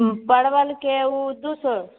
परबलके ओ दू सए